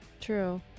true